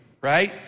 right